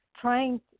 trying